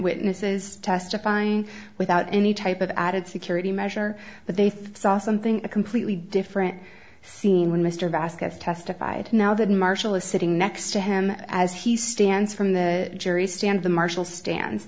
witnesses testifying without any type of added security measure but they thought something completely different scene when mr vasquez testified now that marshall is sitting next to him as he stands from the jury stand the marshal stands